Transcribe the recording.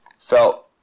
Felt